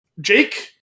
Jake